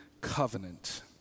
covenant